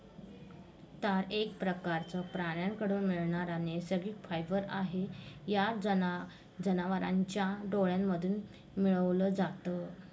तार एक प्रकारचं प्राण्यांकडून मिळणारा नैसर्गिक फायबर आहे, याला जनावरांच्या डोळ्यांमधून मिळवल जात